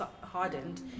hardened